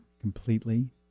completely